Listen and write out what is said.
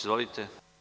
Izvolite.